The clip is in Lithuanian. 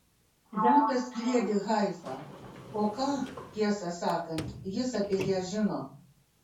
žentas kliedi haifa o ką tiesą sakant jis apie ją žino